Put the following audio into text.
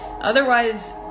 otherwise